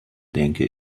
denke